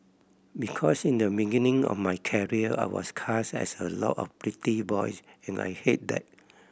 because in the beginning of my career I was cast as a lot of pretty boys and I hated that